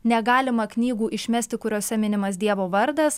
negalima knygų išmesti kuriose minimas dievo vardas